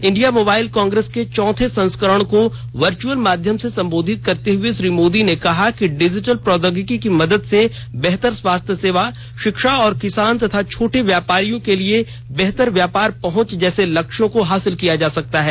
India Mobile Congress के चौथे संस्करण को वर्चअल माध्यम से संबोधित करते हुए श्री मोदी ने कहा कि डिजिटल प्रौद्योगिकी की मदद से बेहतर स्वास्थ्य सेवा शिक्षा और किसानों तथा छोटे व्यापारियों के लिए बेहतर व्यापार पहुंच जैसे लक्ष्यों को हासिल किया जा सकता है